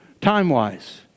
time-wise